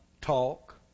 talk